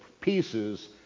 pieces